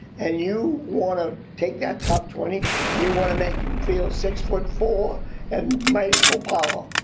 and you wanna take that top twenty and you wanna make em feel six foot four and made for power.